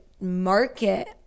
market